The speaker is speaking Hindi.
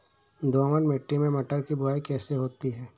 दोमट मिट्टी में मटर की बुवाई कैसे होती है?